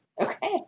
Okay